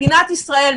מדינת ישראל,